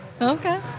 Okay